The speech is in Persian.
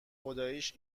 خداییش